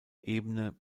ebene